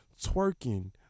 twerking